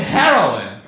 heroin